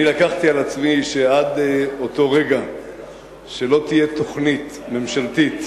אני לקחתי על עצמי שעד אותו רגע שבו תהיה תוכנית ממשלתית